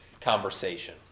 conversation